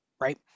right